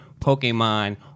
Pokemon